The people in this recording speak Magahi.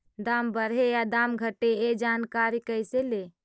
दाम बढ़े या दाम घटे ए जानकारी कैसे ले?